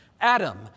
Adam